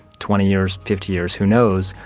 twenty years, fifty years, who knows,